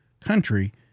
country